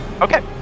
Okay